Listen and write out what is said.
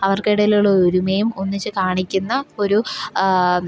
അവർക്കിടയിലുള്ള ഒരുമയും ഒന്നിച്ച് കാണിക്കുന്ന ഒരു